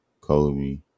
Kobe